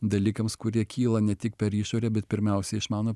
dalykams kurie kyla ne tik per išorę bet pirmiausia iš mano